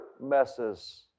messes